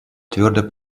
твердо